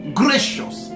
gracious